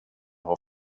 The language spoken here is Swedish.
har